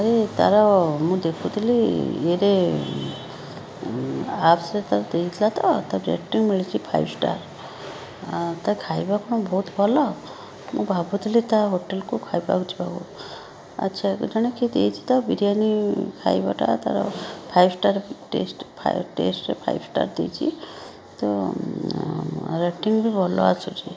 ଆରେ ତାର ମୁଁ ଦେଖୁଥିଲି ଇଏରେ ଆପସ୍ରେ ତାର ଦେଇଥିଲା ତ ତାର ରେଟିଂ ମିଳିଛି ଫାଇଭ ଷ୍ଟାର୍ ତା ଖାଇବା କ'ଣ ବହୁତ ଭଲ ମୁଁ ଭାବୁଥିଲି ତା ହୋଟେଲ୍କୁ ଖାଇବାକୁ ଯିବାକୁ ଆଚ୍ଛା ଜଣେ କିଏ ଦେଇଛି ତ ବିରିୟାନୀ ଖାଇବାଟା ତାର ଫାଇଭ୍ ଷ୍ଟାର୍ ଟେଷ୍ଟ୍ ଟେଷ୍ଟ୍ରେ ଫାଇଭ୍ ଷ୍ଟାର୍ ଦେଇଛି ତ ରେଟିଂବି ଭଲ ଆସୁଛି